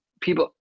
people